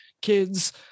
kids